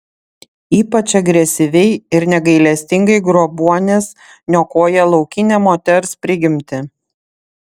ypač agresyviai ir negailestingai grobuonis niokoja laukinę moters prigimtį